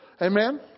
Amen